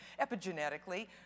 epigenetically